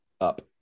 up